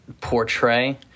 portray